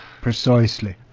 Precisely